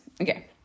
Okay